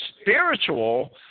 spiritual